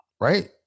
right